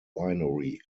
winery